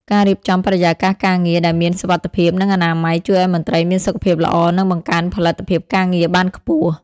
ការរៀបចំបរិយាកាសការងារដែលមានសុវត្ថិភាព និងអនាម័យ ជួយឱ្យមន្ត្រីមានសុខភាពល្អ និងបង្កើនផលិតភាពការងារបានខ្ពស់។